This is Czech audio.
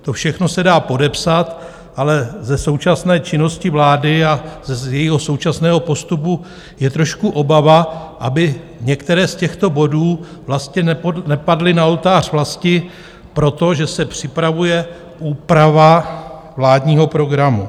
To všechno se dá podepsat, ale ze současné činnosti vlády a z jejího současného postupu je trošku obava, aby některé z těchto bodů nepadly na oltář vlasti proto, že se připravuje úprava vládního programu.